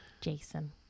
Jason